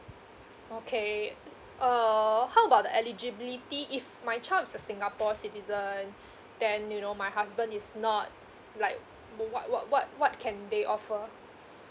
okay err how about the eligibility if my child is a singapore citizen then you know my husband is not like what what what what can they offer